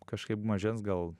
kažkaip mažens gal